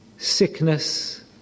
sickness